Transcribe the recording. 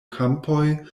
kampoj